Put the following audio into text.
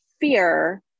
fear